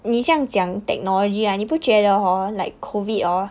你这样讲 technology ah 你不觉得 hor like COVID orh